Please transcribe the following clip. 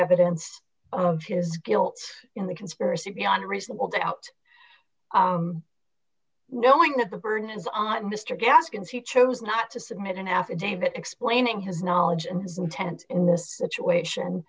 evidence of his guilt in the conspiracy beyond reasonable doubt knowing that the burden is on mr gaskins who chose not to submit an affidavit explaining his knowledge and his intent in this situation